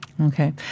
Okay